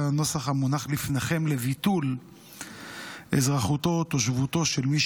שהנוסח המונח לפניכם לביטול אזרחותו או תושבתו של מי